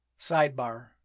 Sidebar